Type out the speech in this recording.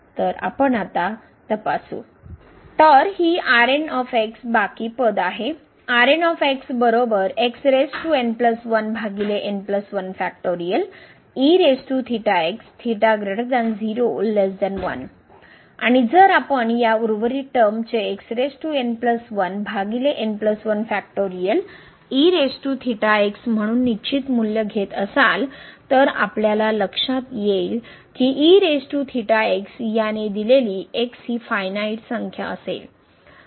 तर आपण आता तपासू तर ही बाकी पद आहे आणि जर आपण या उर्वरित टर्मचे म्हणून निश्चित मूल्य घेत असाल तर आपल्याला लक्षात येईल की याने दिलेली x ही फायनाईट संख्या असेल